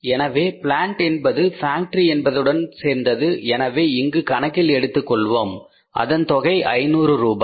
எனவே பிளான்ட் என்பது ஃபேக்டரி என்பதுடன் சேர்ந்தது எனவே இங்கு கணக்கிற்கு எடுத்துக்கொள்வோம் அதன் தொகை 500 ரூபாய்